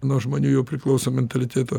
nuo žmonių jau priklauso mentaliteto